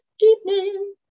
evening